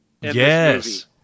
yes